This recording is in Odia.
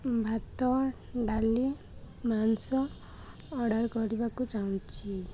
ଭାତ ଡ଼ାଲି ମାଂସ ଅର୍ଡ଼ର୍ କରିବାକୁ ଚାହୁଁଛି